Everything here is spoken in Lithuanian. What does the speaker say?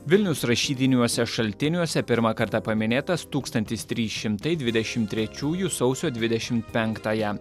vilnius rašytiniuose šaltiniuose pirmą kartą paminėtas tūkstantis trys šimtai dvidešim trečiųjų sausio dvidešimt penktąją